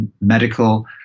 medical